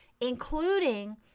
including